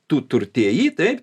tu turtėji taip